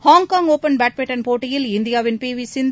Hong Kong open badminton போட்டியில் இந்தியாவின் P V சிந்து